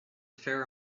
fair